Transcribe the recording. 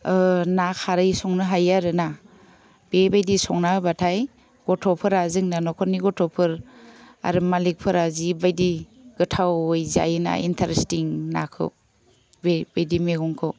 ना खारै संनो हायो आरो ना बेबायदि संना होबाथाय गथ'फोरा जोंना नख'रनि गथ'फोर आरो मालिकफोरा जि बायदि गोथावै जायो ना इन्टारेस्तिं नाखौ बे बायदि मेगंखौ